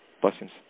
blessings